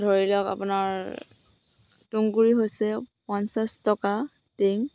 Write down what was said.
ধৰি লওক আপোনাৰ তুঁহগুৰি হৈছে পঞ্চাছ টকা টিং